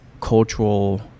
cultural